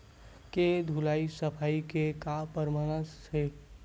के धुलाई सफाई के का परामर्श हे?